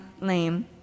lame